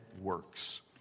works